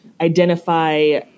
identify –